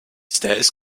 stairs